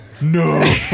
No